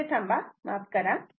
थोडे थांबा माफ करा